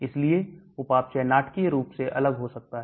इसलिए उपापचय नाटकीय रूप से अलग हो सकता है